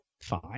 fine